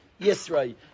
Yisrael